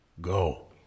Go